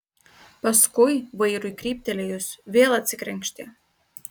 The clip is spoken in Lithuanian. paskui vairui kryptelėjus vėl atsikrenkštė